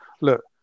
look